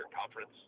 Conference